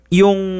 yung